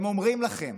הם אומרים לכם: